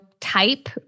type